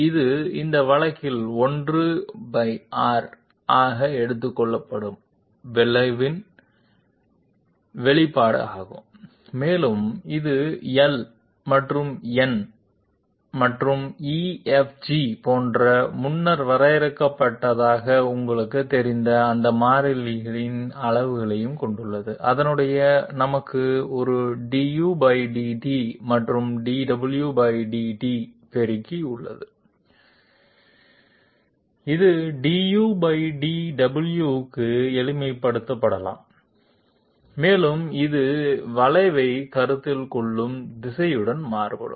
இது இந்த வழக்கில் 1R ஆக எடுத்துக் கொள்ளப்படும் வளைவின் வெளிப்பாடு ஆகும் மேலும் இது L மற்றும் N மற்றும் EFG போன்ற முன்னர் வரையறுக்கப்பட்டதாக உங்களுக்குத் தெரிந்த அந்த மாறிலிகள் அனைத்தையும் கொண்டுள்ளது அதனுடன் நமக்கு ஒரு dudt மற்றும் dwdt பெருக்கி உள்ளது இது dudw க்கு எளிமைப்படுத்தப்படலாம் மேலும் இது வளைவைக் கருத்தில் கொள்ளும் திசையுடன் மாறுபடும்